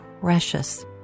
precious